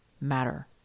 matter